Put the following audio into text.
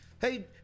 Hey